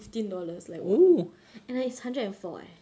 fifteen dollars like !wow! and like it's hundred and four eh